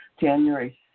January